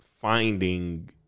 finding